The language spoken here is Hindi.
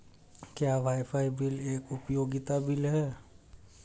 क्या वाईफाई बिल एक उपयोगिता बिल है?